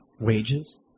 Wages